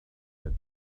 said